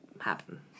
happen